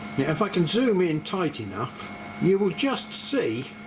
yeah if i can zoom in tight enough you will just see